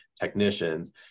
technicians